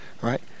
right